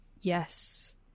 yes